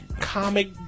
Comic